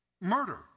murder